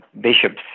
bishops